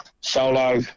solo